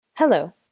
Hello